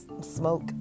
smoke